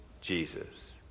Jesus